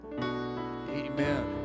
Amen